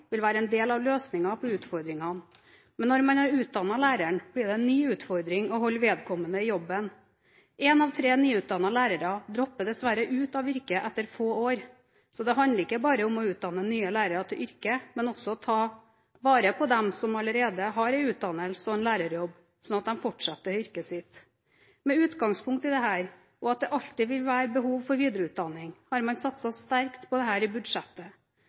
vil være en del av løsningen på utfordringene, men når man har utdannet læreren, blir det en ny utfordring å holde vedkommende i jobben: Én av tre nyutdannede lærere dropper dessverre ut av yrket etter få år. Så det handler ikke bare om å utdanne nye lærere til yrket, men også om å ta vare på dem som allerede har en utdannelse og en lærerjobb, sånn at de fortsetter i yrket sitt. Med utgangspunkt i dette og i at det alltid vil være behov for videreutdanning, har man satset sterkt på dette i budsjettet.